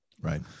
Right